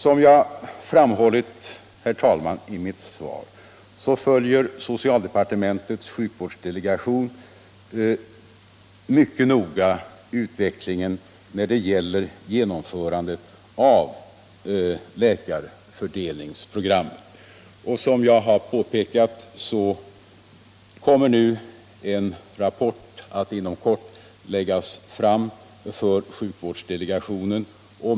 Som jag framhållit, herr talman, i mitt svar följer socialdepartementets sjukvårdsdelegation mycket noga utvecklingen när det gäller genomförandet av läkarfördelningsprogrammet och som jag har påpekat kommer en rapport att inom kort läggas fram för sjukvårdsdelegationen.